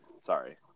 Sorry